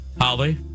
Holly